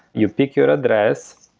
you pick your address.